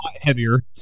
heavier